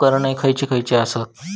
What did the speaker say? उपकरणे खैयची खैयची आसत?